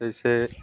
जैसे